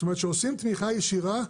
זאת אומרת שעושים תמיכה ישירה,